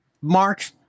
Mark